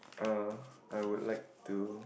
er I would like to